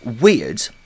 weird